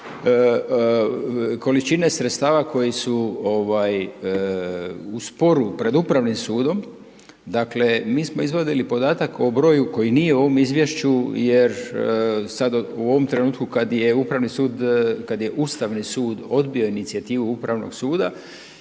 količine sredstava koji su ovaj u sporu pred Upravnim sudom, dakle mi smo izvadili podatak o broju koji nije u ovom izvješću, jer sad u ovom trenutku kad je Upravni sud, kad je Ustavni sud odbio inicijativu Upravnog suda